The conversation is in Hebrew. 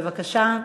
בבקשה,